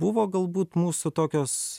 buvo galbūt mūsų tokios